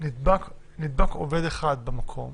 שנדבק עובד אחד במקום